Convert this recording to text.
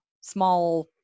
small